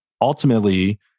Ultimately